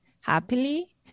happily